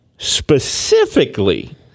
specifically